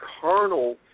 carnal